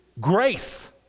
Grace